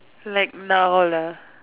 like now lah